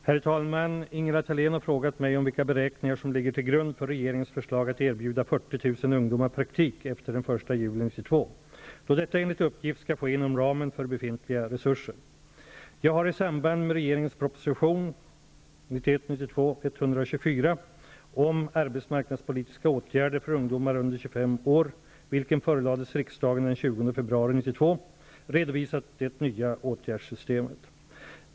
Herr talman! Ingela Thalén har frågat mig vilka beräkningar som ligger till grund för regeringens förslag att erbjuda 40 000 ungdomar praktik efter den 1 juli 1992, då detta enligt uppgift skall ske inom ramen för befintliga resurser. Jag har i samband med regeringens proposition 1991/92:124 om arbetsmarknadspolitiska åtgärder för ungdomar under 25 år, vilken förelades riksda gen den 20 februari 1992, redovisat det nya åt gärdssystemet.